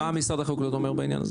אם יש ארגז דגים, שמים על הארגז.